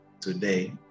today